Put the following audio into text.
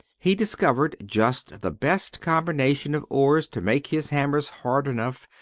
he discovered just the best combination of ores to make his hammers hard enough,